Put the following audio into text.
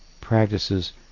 practices